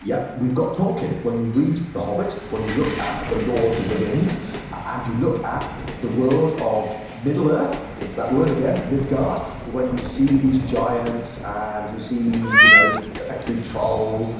yeah, we've got tolkien. when you read the hobbit. when you look at the lords of the rings and you look at the world of middle-earth, it's that word again, midgard. when you see these giants and you see you know effectively three trolls,